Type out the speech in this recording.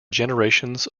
generations